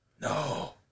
No